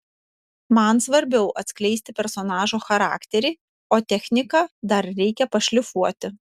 man svarbiau atskleisti personažo charakterį o techniką dar reikia pašlifuoti